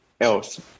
else